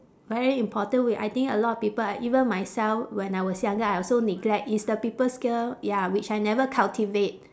very important w~ I think a lot of people ah even myself when I was younger I also neglect it's the people skill ya which I never cultivate